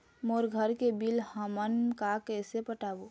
मोर घर के बिल हमन का कइसे पटाबो?